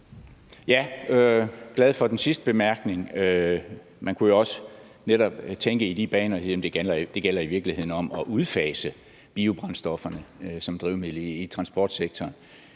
var glad for den sidste bemærkning. Man kunne jo også netop tænke i de baner, altså at det i virkeligheden gælder om at udfase biobrændstofferne som drivmiddel i transportsektoren.